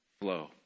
flow